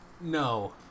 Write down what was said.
No